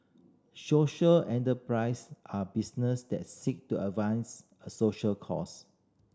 social enterprise are business that seek to advance a social cause